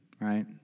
right